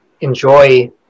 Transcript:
enjoy